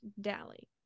dally